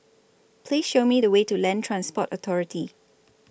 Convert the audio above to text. Please Show Me The Way to Land Transport Authority